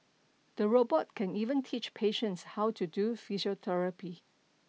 the robot can even teach patients how to do physiotherapy